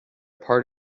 part